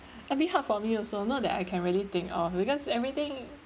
a bit hard for me also not that I can really think of because everything